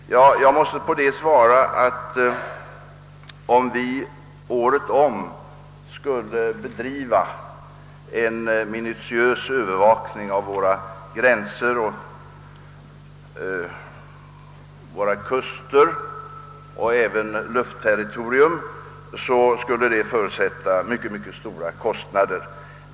Jag måste på detta svara, att skulle vi året om bedriva en minutiös övervakning av våra gränser, våra kuster och vårt luftterritorium, så bleve kostnaderna mycket stora.